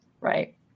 Right